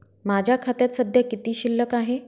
माझ्या खात्यात सध्या किती शिल्लक आहे?